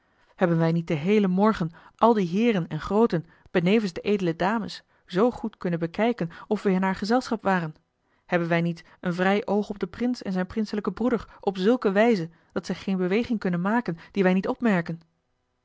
hebben wij niet den heelen morgen al die heeren en grooten benevens de edele dames zoo goed kunnen bekijken of we in haar gezelschap waren hebben wij niet een vrij oog op den prins en zijn prinselijken broeder op zulke wijze dat zij geene beweging kunnen maken die wij niet opmerken